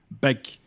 big